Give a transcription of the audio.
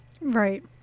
Right